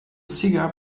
cigar